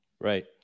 Right